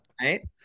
Right